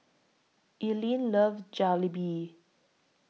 Elayne loves Jalebi